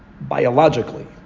biologically